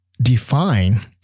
define